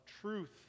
truth